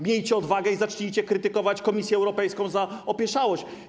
Miejcie odwagę i zacznijcie krytykować Komisję Europejską za opieszałość.